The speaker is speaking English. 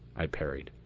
i parried.